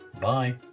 Bye